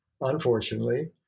unfortunately